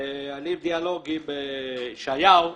ואני בדיאלוג עם ישעיהו,